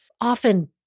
often